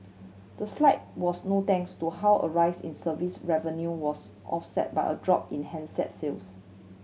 the slide was no thanks to how a rise in service revenue was offset by a drop in handset sales